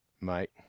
Mate